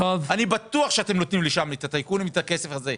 אני בטוח שאתם נותנים לשם, לטייקונים את הכסף הזה.